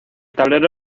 tablero